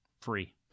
free